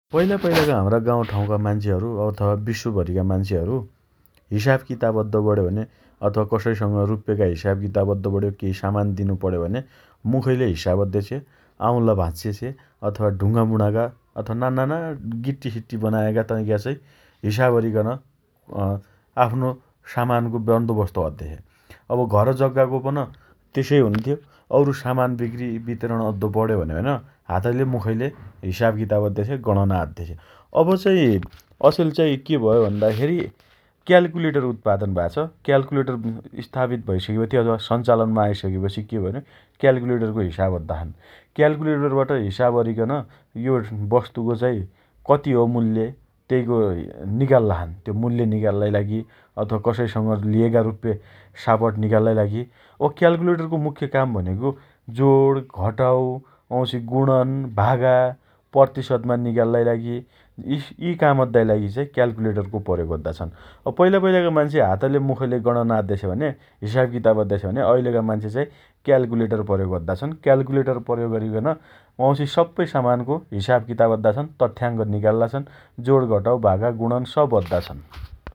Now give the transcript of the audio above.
पैला पैलाका हम्रा गाउँ ठाउँका मान्छेहरु अथवा विश्वभरिका मान्छेहरु हिसाबकिताब अद्दो पण्यो भने अथवा कसैसँग रुप्पेका हिसाब किताब अद्दो पण्यो केइ सामान दिनु पण्यो भने मुखैले हिसाब अद्देछे । आउँला भाँच्चे छे । अथवा ढुंगामुणाका अथवा नान्नाना गिट्टीसिट्टी बनाएका तैका चाइ हिसाब अरिकन अँ आफ्नो सामानको बन्दोबस्त अद्देछे । अब घरजग्गाको पन तेसोइ हुन्थ्यो । औरु सामान बिक्री वितरण अद्दो पण्यो भने भनेपन हातैले मुखैले हिसाबकिताब अद्देछे । गणना अद्देछे । अबचाइ अचेलचाइ के भयो भन्दा खेरी क्याल्कुलेटर उत्पादन भया छ । क्याल्कुलेटर स्थापित भइसकेपछि अथवा सञ्चालनमा आइसकेपछि के भने क्याल्कुलेटरको हिसाब अद्दा छन् । क्याल्कुलेटरबाट हिसाब अरिकन यो बस्तुको चाइ कति हो मूल्य? तेइको निकाल्ला छन् । मूल्य निकाल्लाइ लागि अथवा कसैसँग लिएका रुप्पे सापट निकाल्लाइ लागि । अब क्याल्कुलेटरको मुख्य काम भनेको जोड घटाउ वाउँछि गुणन, भागा, प्रतिशतमा निकाल्लाइ लागि यीस् यी काम अद्दाइ लागि क्याल्कुलेटरको प्रयोग अद्दा छन् । पैला पैलाका मान्छे हातले मुखले गणना अद्देछे भने हिसाब किताब अद्देछे भने अइलेका मान्छे चाइ क्याल्कुलेटर प्रयोग अद्दा छन् । क्याल्कुलेटर प्रयोग अरिकन वाउँछि सप्पै सामानको हिसाबकिताब अद्दा छन् । तथ्याङ्क निकाल्ला छन् । जोड घटाउ भागागुणन सब अद्दा छन् ।